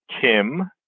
Kim